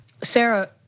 Sarah